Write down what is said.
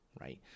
right